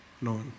No